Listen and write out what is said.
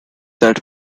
that